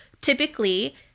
typically